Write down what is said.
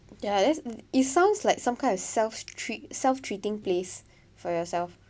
ya that's it sounds like some kind of self-treat self-treating place for yourself